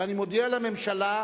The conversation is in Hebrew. ואני מודיע לממשלה,